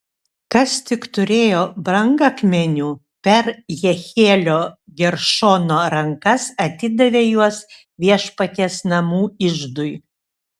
kas tik turėjo brangakmenių per jehielio geršono rankas atidavė juos viešpaties namų iždui